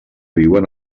viuen